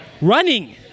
running